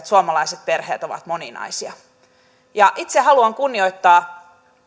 suomalaiset perheet ovat moninaisia itse haluan kunnioittaa